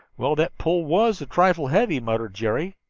well, that pull was a trifle heavy, muttered jerry,